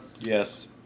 Yes